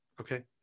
Okay